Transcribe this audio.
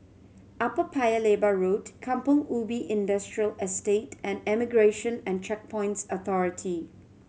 Upper Paya Lebar Road Kampong Ubi Industrial Estate and Immigration and Checkpoints Authority